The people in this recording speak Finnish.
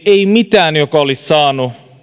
ei mitään joka olisi saanut